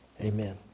Amen